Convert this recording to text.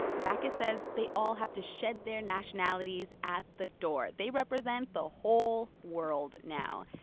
bacchus says they all have to shed their nationalities at the door. they represent the whole world now.